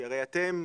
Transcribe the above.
כי הרי אתם,